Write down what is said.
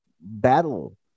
battle